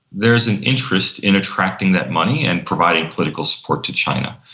there's an interest in attracting that money and providing political support to china.